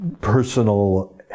personal